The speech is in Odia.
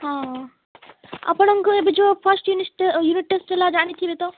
ହଁ ଆପଣଙ୍କର ଏବେ ଯେଉଁ ଫାଷ୍ଟ୍ ୟୁନିଟ୍ ଟେଷ୍ଟ ହେଲା ଜାଣି ଥିବେ ତ